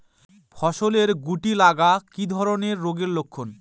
ফসলে শুটি লাগা কি ধরনের রোগের লক্ষণ?